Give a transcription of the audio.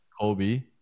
Kobe